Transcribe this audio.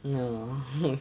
no